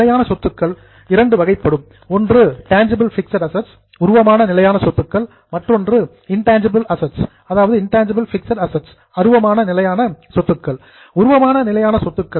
நிலையான சொத்துக்கள் இரண்டு வகைப்படும் ஒன்று டேன்ஜிபிள் பிக்ஸட் அசட்ஸ் உருவமான நிலையான சொத்துக்கள் மற்றொன்று இன்டேன்ஜிபிள் பிக்ஸட் அசட்ஸ் அருவமான நிலையான சொத்துக்கள்